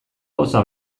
gauza